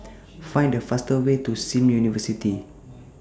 Find The fastest Way to SIM University